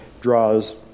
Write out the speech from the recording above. draws